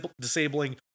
disabling